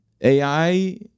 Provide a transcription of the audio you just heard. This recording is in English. AI